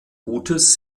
gutes